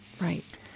Right